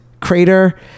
crater